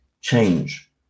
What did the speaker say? change